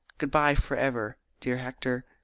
good-bye, for ever, dear hector,